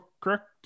correct